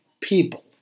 people